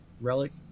relic